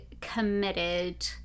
committed